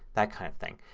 that kind of thing.